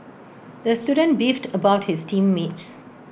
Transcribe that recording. the student beefed about his team mates